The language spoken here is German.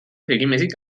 regelmäßig